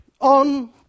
on